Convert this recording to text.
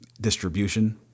distribution